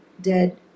dead